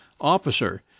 officer